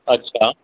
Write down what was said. अच्छा